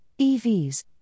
EVs